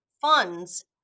funds